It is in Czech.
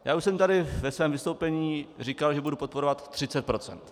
Já už jsem tady ve svém vystoupení říkal, že budu podporovat 30 %.